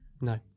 no